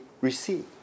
receive